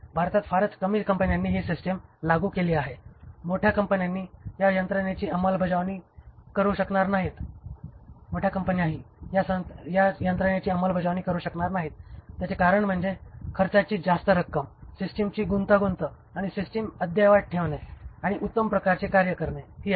भारतात फारच कमी कंपन्यांनी ही सिस्टिम लागू केली आहे मोठ्या कंपन्याही या यंत्रणेची अंमलबजावणी करू शकणार नाहीत त्याचे कारण म्हणजे खर्चाची जास्त रक्कम सिस्टिमची गुंतागुंत आणि सिस्टिम अद्ययावत ठेवणे आणि उत्तम प्रकारचे कार्य करणे ही आहेत